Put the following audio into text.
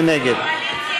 מי נגד?